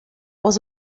was